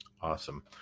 Awesome